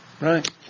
Right